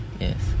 Yes